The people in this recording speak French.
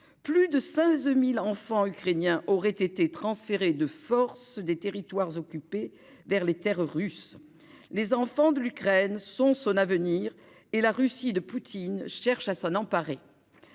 plus de 16 000 enfants ukrainiens auraient été transférés de force des territoires occupés vers les terres russes. Les enfants de l'Ukraine sont son avenir, et la Russie de Poutine cherche à s'en emparer.